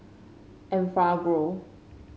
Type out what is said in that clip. Enfagrow